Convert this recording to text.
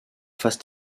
phase